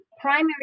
primary